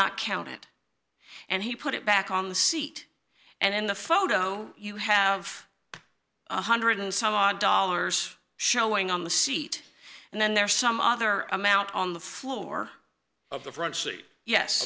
not count it and he put it back on the seat and in the photo you have a one hundred and some odd dollars showing on the seat and then there's some other amount on the floor of the front seat yes